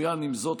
עם זאת,